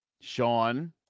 Sean